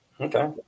Okay